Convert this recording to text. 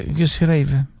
geschreven